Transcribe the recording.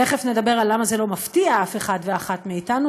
תכף נדבר על למה זה לא מפתיע אף אחת ואחד מאתנו,